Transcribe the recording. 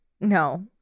no